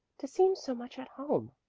to seem so much at home.